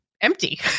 empty